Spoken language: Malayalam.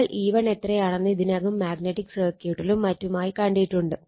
നമ്മൾ E1 ഇത്രയാണെന്ന് ഇതിനകം മാഗ്നറ്റിക് സർക്യൂട്ടിലും മറ്റുമായി കണ്ടിട്ടുണ്ട്